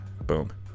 Boom